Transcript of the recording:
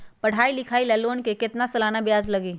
पढाई लिखाई ला लोन के कितना सालाना ब्याज लगी?